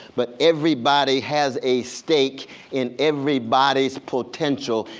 but everybody has a stake in everybody's potential,